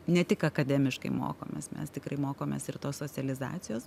ne tik akademiškai mokomės mes tikrai mokomės ir tos socializacijos